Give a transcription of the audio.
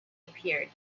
appeared